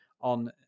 on